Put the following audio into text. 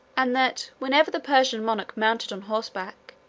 and that whenever the persian monarch mounted on horseback,